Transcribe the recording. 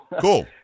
Cool